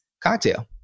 cocktail